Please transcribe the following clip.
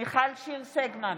מיכל שיר סגמן,